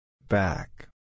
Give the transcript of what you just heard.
Back